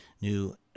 new